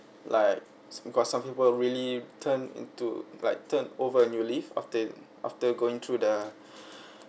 like got some people really turn into like turn over a new leaf after after going through the